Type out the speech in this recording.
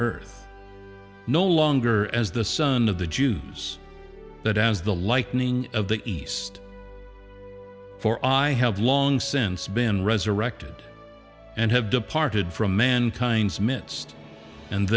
earth no longer as the son of the jews that as the lightning of the east for i have long since been resurrected and have departed from mankind's midst and